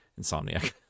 Insomniac